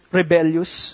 rebellious